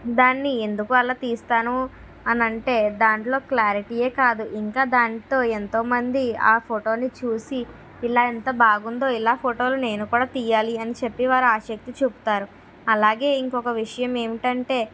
దాన్ని ఎందుకు అలా తీస్తాను అని అంటే దాంట్లో క్లారిటీ ఏ కాదు ఇంకా దానితో ఎంతోమంది ఆ ఫోటో ని చూసి ఇలా ఎంత బాగుందో ఇలా ఫోటోలు నేను కూడా తీయాలి అని చెప్పి వారు ఆసక్తి చూపుతారు అలాగే ఇంకొక విషయం ఏమిటంటే